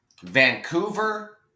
Vancouver